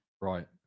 right